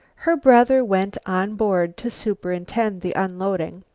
her brother went on board to superintend the unloading.